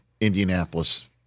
Indianapolis